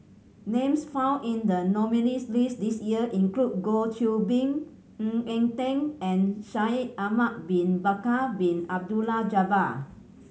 names found in the nominees' list this year include Goh Qiu Bin Ng Eng Teng and Shaikh Ahmad Bin Bakar Bin Abdullah Jabbar